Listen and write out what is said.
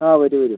ആ വരൂ വരൂ